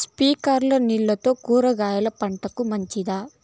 స్ప్రింక్లర్లు నీళ్లతో కూరగాయల పంటకు మంచిదా?